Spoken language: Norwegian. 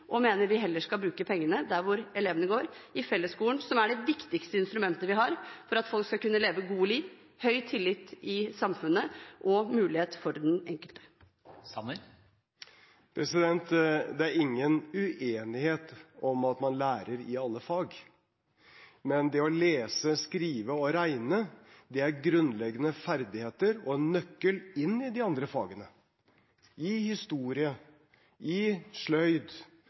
mener vi heller skal bruke pengene der elevene går, i fellesskolen, som er det viktigste instrumentet vi har for at folk skal kunne leve gode liv, for høy tillit i samfunnet og for muligheter for den enkelte. Det er ingen uenighet om at man lærer i alle fag, men det å lese, skrive og regne er grunnleggende ferdigheter og en nøkkel inn i de andre fagene – i historie, i sløyd